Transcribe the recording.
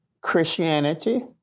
Christianity